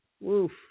Woof